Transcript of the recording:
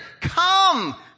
come